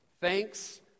Thanks